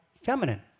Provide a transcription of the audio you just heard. Feminine